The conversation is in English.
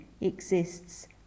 exists